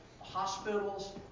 hospitals